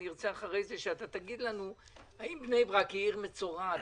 ארצה אחרי כן שאתה תגיד לנו האם בני ברק היא עיר מצורעת